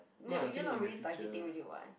no I'm saying in the future